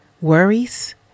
worries